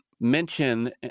mention